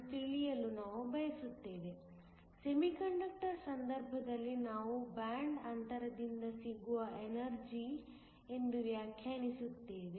ಎಂದು ತಿಳಿಯಲು ನಾವು ಬಯಸುತ್ತೇವೆ ಸೆಮಿಕಂಡಕ್ಟರ್ ಸಂದರ್ಭದಲ್ಲಿ ನಾವು ಬ್ಯಾಂಡ್ ಅಂತರದಿಂದ ಸಿಗುವ ಎನರ್ಜಿ ಎಂದು ವ್ಯಾಖ್ಯಾನಿಸುತ್ತೇವೆ